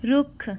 ਰੁੱਖ